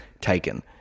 taken